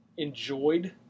enjoyed